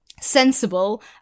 sensible